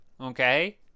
okay